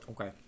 Okay